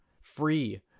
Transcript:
free